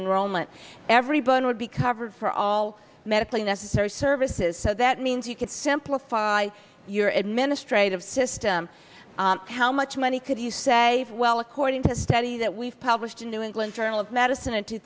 enroll and everybody would be covered for all medically necessary services so that means you could simplify your administrative system how much money could you say well according to a study that we've published in new england journal